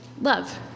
love